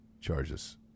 charges